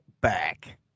back